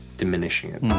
diminishing it.